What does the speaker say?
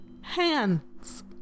hands